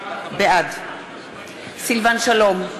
בעד סילבן שלום,